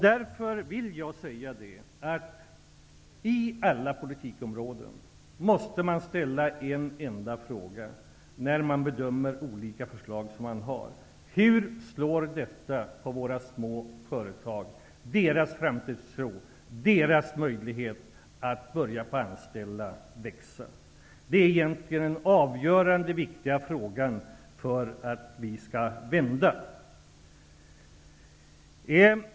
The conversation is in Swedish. Därför vill jag säga att det på alla politikområden finns en enda fråga som måste ställas vid bedömningen av olika förslag: Hur slår detta mot våra små företag, mot deras framtidstro och deras möjligheter att börja anställa och att växa? Det är egentligen den avgörande och viktiga frågan när det gäller att få en vändning.